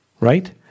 Right